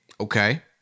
Okay